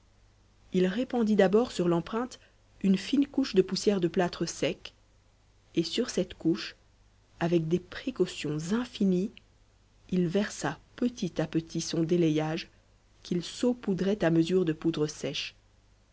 il répandit d'abord sur l'empreinte une fine couche de poussière de plâtre sec et sur cette couche avec des précautions infinies il versa petit à petit son délayage qu'il saupoudrait à mesure de poussière sèche